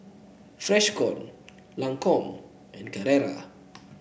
Freshkon Lancome and Carrera